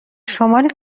شمال